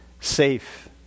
safe